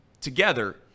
together